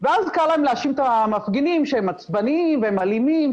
ואז קל להם להאשים את המפגינים שהם עצבנים והם אלימים,